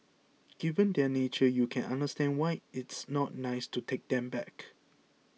given their nature you can understand why it's not nice to take them back